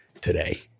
today